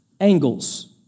angles